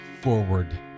forward